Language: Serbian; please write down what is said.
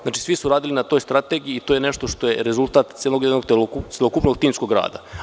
Znači, svi su radili na toj strategiji i to je nešto što je rezultat celog jednog celokupnog timskog rada.